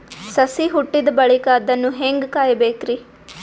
ಸಸಿ ಹುಟ್ಟಿದ ಬಳಿಕ ಅದನ್ನು ಹೇಂಗ ಕಾಯಬೇಕಿರಿ?